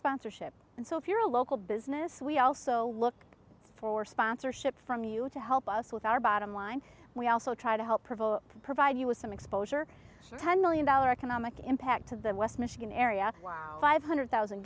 sponsorship and so if you're a local business we also look for sponsorship from you to help us with our bottom line we also try to help propel to provide you with some exposure for ten million dollar economic impact to the west michigan area five hundred thousand